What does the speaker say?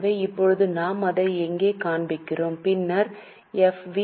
எனவே இப்போது நாம் அதை இங்கே காண்பிக்கிறோம் பின்னர் எஃப்